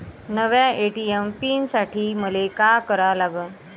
नव्या ATM pin साठी मले का करा लागन?